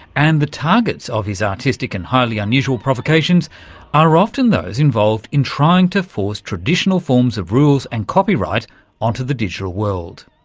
and the targets of his artistic and highly unusual provocations are often those involved in trying to force traditional forms of rules and copyright onto the digital world.